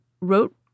wrote